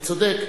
אני צודק?